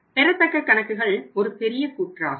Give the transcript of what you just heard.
பெறத்தக்க கணக்குகள் ஒரு பெரிய கூற்றாகும்